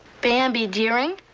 bambi deerin